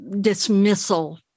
dismissal